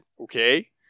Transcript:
Okay